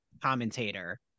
commentator